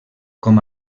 com